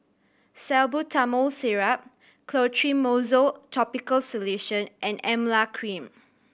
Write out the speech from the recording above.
Salbutamol Syrup Clotrimozole Topical Solution and Emla Cream